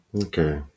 Okay